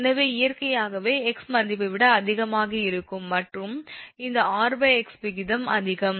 எனவே இயற்கையாகவே 𝑥 மதிப்பை விட அதிகமாக இருக்கும் மற்றும் இந்த 𝑟𝑥 விகிதம் அதிகம்